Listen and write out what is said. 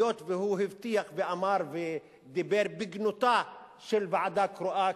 היות שהוא הבטיח ואמר ודיבר בגנותה של ועדה קרואה,